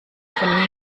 von